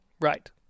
right